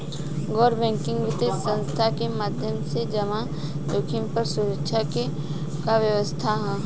गैर बैंकिंग वित्तीय संस्था के माध्यम से जमा जोखिम पर सुरक्षा के का व्यवस्था ह?